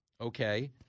okay